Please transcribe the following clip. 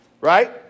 Right